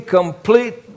complete